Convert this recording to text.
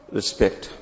respect